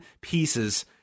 pieces